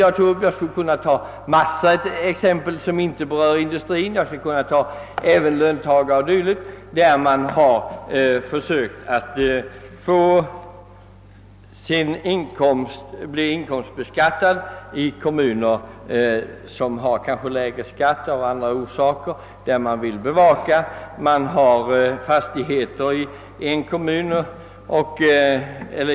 Jag skulle kunna nämna andra exempel som inte berör företagsamheten, t.ex. löntagare som försöker bli inkomstbeskattade i kommuner som har lägre skatt eller folk som har fastigheter i två kommuner osv.